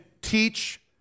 teach